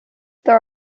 there